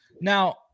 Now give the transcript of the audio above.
Now